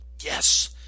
yes